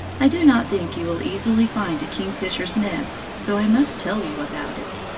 i do not think you will easily find a kingfisher's nest, so i must tell you about it.